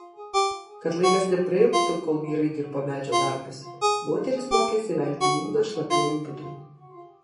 kad laikas neprailgtų kol vyrai dirbo medžio darbus moterys mokėsi velti vilną šlapiuoju būdu